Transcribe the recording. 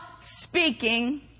speaking